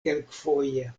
kelkfoje